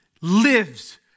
lives